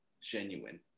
genuine